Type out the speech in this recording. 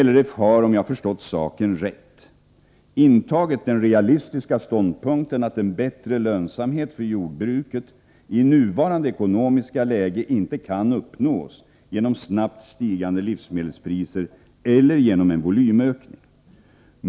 LRF har, om jag har förstått saken rätt, intagit den realistiska ståndpunkten att en bättre lönsamhet för jordbruket i nuvarande ekonomiska läge inte kan uppnås genom snabbt stigande livsmedelspriser eller genom en volymökning.